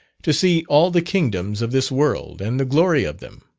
to see all the kingdoms of this world and the glory of them.